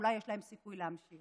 אולי יש להם סיכוי להימשך.